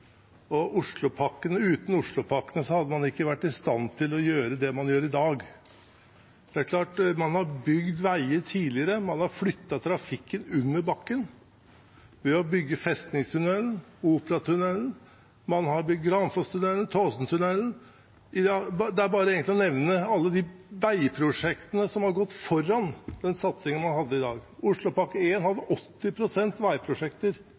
Oslo by, uten Oslopakkene hadde man ikke vært i stand til å gjøre det man gjør i dag. Man har bygd veier tidligere, man har flyttet trafikken under bakken ved å bygge Festningstunnelen og Operatunnelen, og man har bygd Granfosstunnelen og Tåsentunnelen. Det er egentlig bare å nevne alle de veiprosjektene som har gått foran den satsingen vi har i dag: Oslopakke 1 hadde 80 pst. veiprosjekter og 20 pst. kollektivtransport, Oslopakke 2 var en